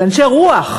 על אנשי רוח,